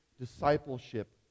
discipleship